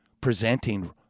presenting